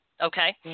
Okay